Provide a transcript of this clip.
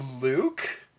Luke